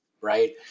Right